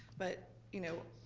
but, you know,